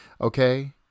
Okay